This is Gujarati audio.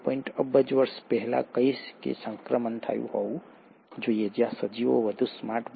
6 અબજ વર્ષ પહેલાં કહીશ સંક્રમણ થયું હોવું જોઈએ જ્યાં સજીવો વધુ સ્માર્ટ બન્યા